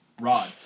Rod